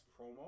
promo